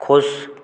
ख़ुश